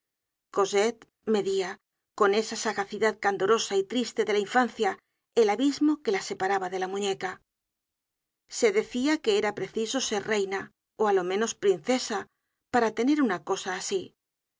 cosette media con esa sagacidad candorosa y triste de la infancia él abismo que la separaba de la muñeca se decia que era preciso ser reina ó á lo menos princesa para tener una cosa asi